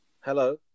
Hello